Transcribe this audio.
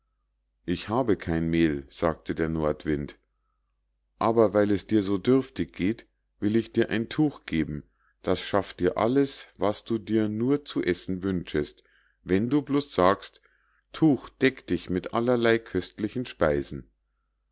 ich habe kein mehl sagte der nordwind aber weil es dir so dürftig geht will ich dir ein tuch geben das schafft dir alles was du dir nur zu essen wünschest wenn du bloß sagst tuch deck dich mit allerlei köstlichen speisen